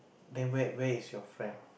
then where where is your friend